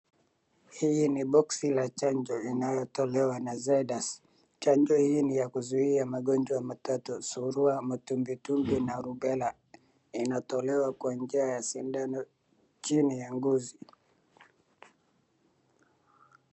Hii ni boksi la chanjo inayotolewa na Zydus chanjo hii ni ya kuzuia magonjwa matatu surua, matumbitumbi na rubela, inatolewa kwa njia ya sindano chini ya ngozi .